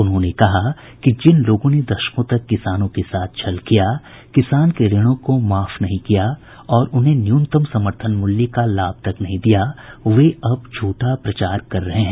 उन्होंने कहा कि जिन लोगों ने दशकों तक किसानों के साथ छल किया किसान के ऋणों को माफ नहीं किया और उन्हें न्यूनतम समर्थन मूल्य का लाभ तक नहीं दिया वे अब झूठा प्रचार कर रहे हैं